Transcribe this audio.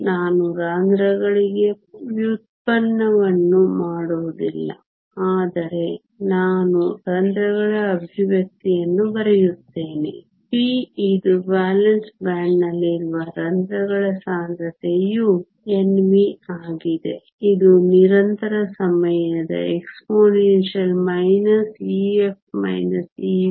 ನಾನು ರಂಧ್ರಗಳಿಗೆ ವ್ಯುತ್ಪನ್ನವನ್ನು ಮಾಡುವುದಿಲ್ಲ ಆದರೆ ನಾನು ರಂಧ್ರಗಳ ಎಕ್ಸ್ಪ್ರೆಶನ್ ಯನ್ನು ಬರೆಯುತ್ತೇನೆ p ಇದು ವೇಲೆನ್ಸಿ ಬ್ಯಾಂಡ್ನಲ್ಲಿನ ರಂಧ್ರಗಳ ಸಾಂದ್ರತೆಯು Nv ಆಗಿದೆ ಇದು ನಿರಂತರ ಸಮಯದ exp Ef EvkT